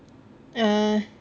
err